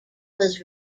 was